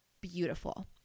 beautiful